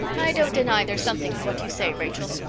i don't deny there's something in what you say, rachel.